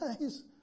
guys